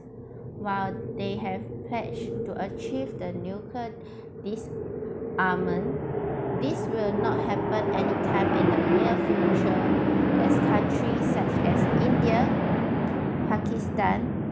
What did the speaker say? while they have pledged to achieve the nuclear disarmament this will not happen anytime in the near future as countries such as india pakistan